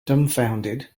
dumbfounded